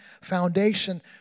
foundation